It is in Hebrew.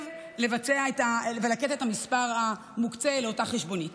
לתת את המספר המוקצה לאותה חשבונית.